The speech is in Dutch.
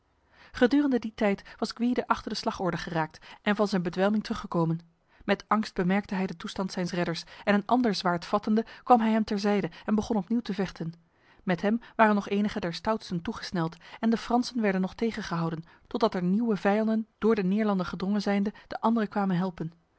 gedurende die tijd was gwyde achter de slagorde geraakt en van zijn bedwelming teruggekomen met angst bemerkte hij de toestand zijns redders en een ander zwaard vattende kwam hij hem terzijde en begon opnieuw te vechten met hem waren nog enige der stoutsten toegesneld en de fransen werden nog tegengehouden totdat er nieuwe vijanden door de neerlander gedrongen zijnde de anderen kwamen helpen